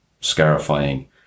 scarifying